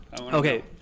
Okay